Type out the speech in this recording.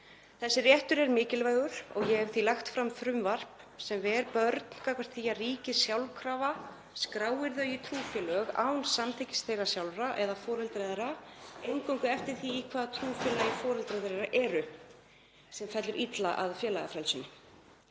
Þessi réttur er mikilvægur og ég hef því lagt fram frumvarp sem ver börn gagnvart því að ríkið sjálfkrafa skrái þau í trúfélög án samþykkis þeirra sjálfra eða foreldra þeirra eingöngu eftir því í hvaða trúfélagi foreldrar þeirra eru, sem fellur illa að félagafrelsinu.